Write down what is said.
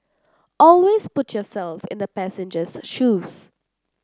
always put yourself in the passenger's shoes